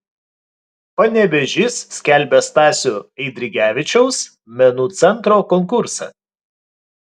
panevėžys skelbia stasio eidrigevičiaus menų centro konkursą